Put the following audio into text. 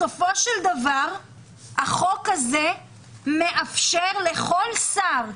בסופו של דבר החוק הזה מאפשר לכל שר,